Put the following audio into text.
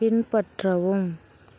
பின்பற்றவும்